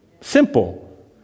Simple